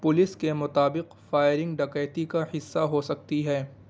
police کے مطابق firing ڈکیتی کا حصہ ہو سکتی ہے